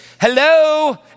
Hello